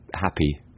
happy